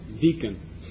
deacon